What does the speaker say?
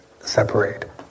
separate